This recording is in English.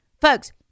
Folks